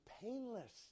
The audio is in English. painless